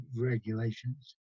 regulations